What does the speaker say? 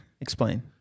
explain